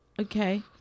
Okay